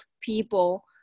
people